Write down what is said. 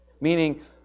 Meaning